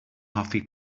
hoffi